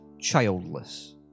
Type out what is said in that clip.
childless